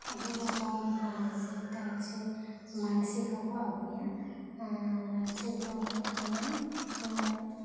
ᱟᱹᱰᱤ ᱨᱚᱠᱚᱢ ᱢᱟᱱᱥᱤᱠ ᱴᱟᱱᱥᱤᱠ ᱢᱟᱱᱥᱤᱠ ᱦᱚᱠᱚᱸ ᱟᱹᱜᱩᱭᱟ ᱢᱟᱱᱥᱤᱠ ᱫᱚ ᱦᱩᱭᱩᱜ ᱠᱟᱱᱟ